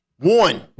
One